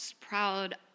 proud